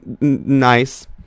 nice